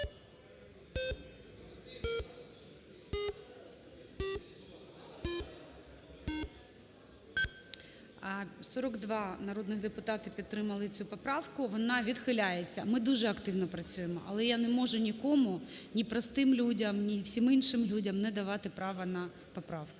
42 народних депутати підтримали цю поправку. Вона відхиляється. Ми дуже активно працюємо. Але я не можу нікому – ні простим людям, ні всім іншим людям не давати право на поправку.